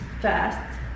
fast